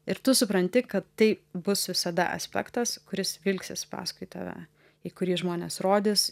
ir tu supranti kad tai bus visada aspektas kuris vilksis paskui tave į kurį žmonės rodys